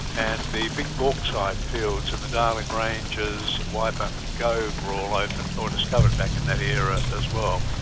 and the big bauxite fields in the darling ranges, weipa and gove were all opened, or discovered back in that era as well.